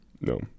No